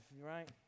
right